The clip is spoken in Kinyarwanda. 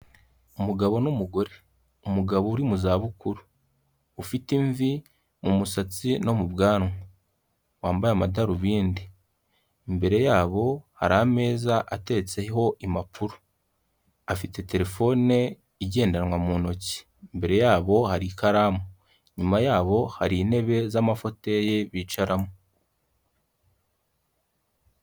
Umugabo n'umugore, umugabo uri mu zabukuru, ufite imvi mu musatsi no mu bwanwa, wambaye amadarubindi, imbere yabo hari ameza ateretseho impapuro, afite telefone igendanwa mu ntoki, imbere yabo hari ikaramu, inyuma yabo hari intebe z'amafoteye bicaramo.